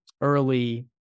early